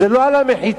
זה לא על המחיצות,